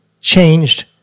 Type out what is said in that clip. changed